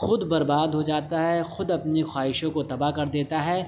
خود برباد ہو جاتا ہے خود اپنی خواہشوں کو تباہ کر دیتا ہے